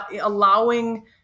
allowing